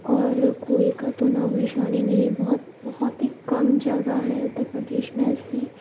اور کنویں کا تو نام و نشان ہی نہیں ہے بہت بہت ہی کم جگہ میں اتر پردیش میں ایسی